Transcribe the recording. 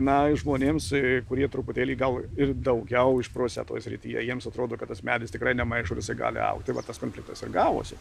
na žmonėms kurie truputėlį gal ir daugiau išprusę toj srity jiems atrodo kad tas medis tikrai nemaišo ir jisai gali augt tai va tas konfliktas ir gavosi